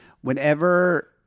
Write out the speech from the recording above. whenever